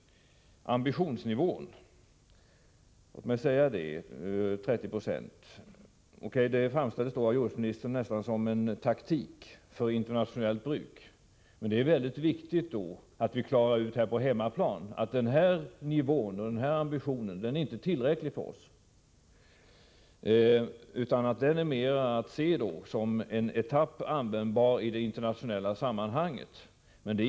Ambitionsnivån 30 2 framställdes av jordbruksministern nästan som en taktik för internationellt bruk. men det är mycket viktigt att vi på hemmaplan reder ut att denna ambitionsnivå inte är tillräcklig för oss. Den är mera att se som ett etappmål som är använbart i det internationella sammanhanget.